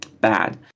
bad